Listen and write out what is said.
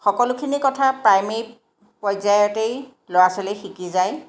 সকলোখিনি কথা প্ৰাইমেৰী পৰ্য্য়ায়তেই ল'ৰা ছোৱালীয়ে শিকি যায়